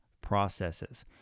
processes